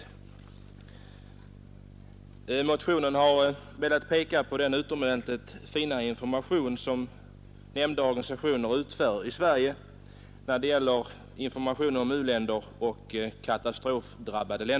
I motionen har man pekat på den utomordentligt fina information om u-länder och katastrofdrabbade länder som nämnda organisationer bedriver i Sverige.